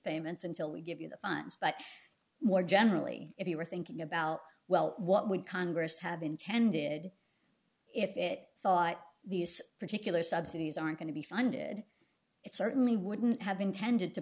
payments until we give you the funds but more generally if you're thinking about well what would congress have intended if it thought these particular subsidies are going to be funded it certainly wouldn't have been tended to